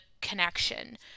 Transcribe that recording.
connection